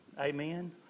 Amen